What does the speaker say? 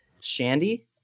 Shandy